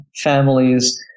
families